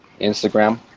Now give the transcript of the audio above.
Instagram